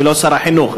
ולא שר החינוך.